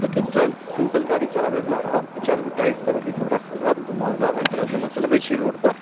देखिऔ trial simple गाड़ी चलाबैबला रहत दू चारिगो टायर सभ अथी सभ राखल रहत घुमाओदार हर तरहसे जेना चलबैत छियै रोड पर